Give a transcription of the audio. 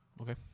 Okay